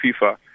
FIFA